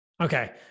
Okay